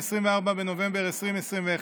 24 בנובמבר 2021,